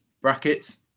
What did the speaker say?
brackets